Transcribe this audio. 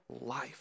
life